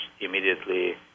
immediately